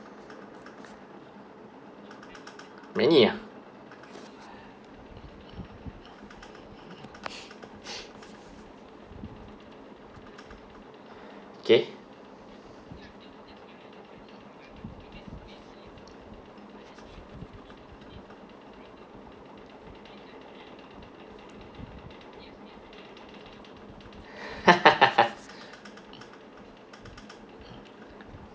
many ah kay